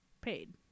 paid